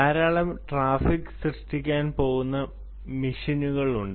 ധാരാളം ട്രാഫിക് സൃഷ്ടിക്കാൻ പോകുന്ന മെഷീനുകളുണ്ട്